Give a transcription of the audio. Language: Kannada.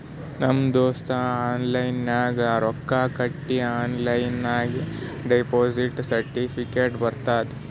ನಮ್ ದೋಸ್ತ ಆನ್ಲೈನ್ ನಾಗ್ ರೊಕ್ಕಾ ಕಟ್ಟಿ ಆನ್ಲೈನ್ ನಾಗೆ ಡೆಪೋಸಿಟ್ ಸರ್ಟಿಫಿಕೇಟ್ ಬರ್ತುದ್